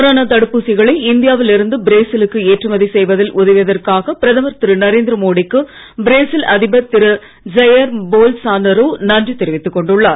corona தடுப்பூசிகளை இந்தியாவில் இருந்து பிரேசிலுக்கு ஏற்றுமதி செய்வதில் உதவியதற்காக பிரதமர் திரு நரேந்திர மோடிக்கு பிரேசில் அதிபர் திரு ஜயர் போல்சானரோ நன்றி தெரிவித்துக் கொண்டுள்ளார்